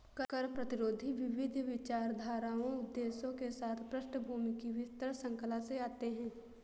कर प्रतिरोधी विविध विचारधाराओं उद्देश्यों के साथ पृष्ठभूमि की विस्तृत श्रृंखला से आते है